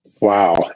Wow